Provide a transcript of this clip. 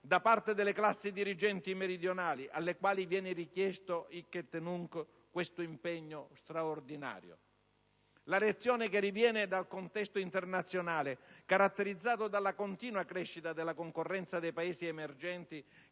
da parte delle classi dirigenti meridionali, alle quali viene richiesto - *hic et nunc* - questo impegno straordinario. La lezione che viene dal contesto economico internazionale, caratterizzato dalla continua crescita della concorrenza dei Paesi emergenti,